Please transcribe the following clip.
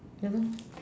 ya lor